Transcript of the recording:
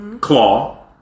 claw